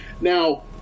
now